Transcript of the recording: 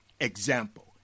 Example